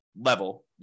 level